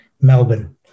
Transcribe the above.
Melbourne